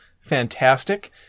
fantastic